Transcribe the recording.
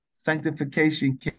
Sanctification